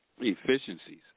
efficiencies